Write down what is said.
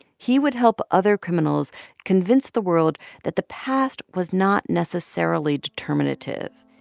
he would help other criminals convince the world that the past was not necessarily determinative.